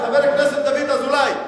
חבר הכנסת דוד אזולאי,